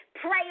pray